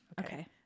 okay